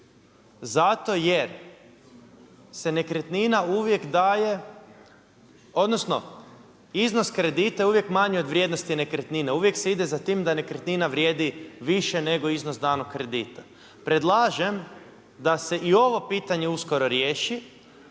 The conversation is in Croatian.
Zato jer se nekretnina uvijek daje, odnosno iznos kredita je uvijek manji od vrijednosti nekretnine, uvijek se ide za time da nekretnina vrijedi više nego iznos danog kredita. Predlažem da se i ovo pitanje uskoro riješi.